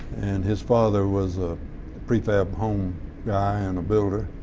and his father was a prefab home guy and a builder,